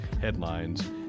headlines